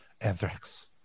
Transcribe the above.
anthrax